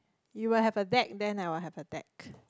you will have a deck then I will have a deck